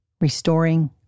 restoring